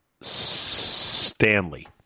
Stanley